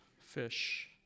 fish